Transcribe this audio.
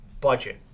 budget